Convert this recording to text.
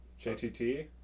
JTT